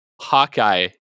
hawkeye